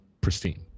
pristine